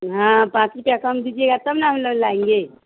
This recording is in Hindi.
हाँ पाँच रुपया कम दीजिएगा तब न हम लाएंगे